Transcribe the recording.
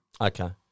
Okay